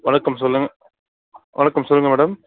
வணக்கம் சொல்லுங்கள் வணக்கம் சொல்லுங்கள் மேடம்